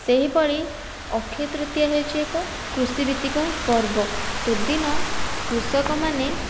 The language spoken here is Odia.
ସେହିପରି ଅକ୍ଷିତୃତୀୟା ହେଉଛି ଏକ କୃଷିଭିତ୍ତିକ ପର୍ବ ସେଦିନ କୃଷକମାନେ